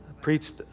preached